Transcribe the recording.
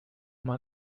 man